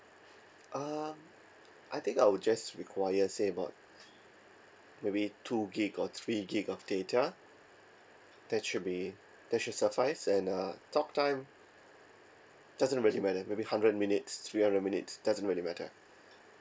uh I think I will just require say about maybe two gig or three gig of data that should be that should suffice and uh talk time doesn't really matter maybe hundred minutes three hundred minutes doesn't really matter